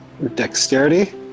Dexterity